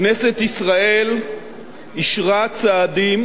כנסת ישראל אישרה צעדים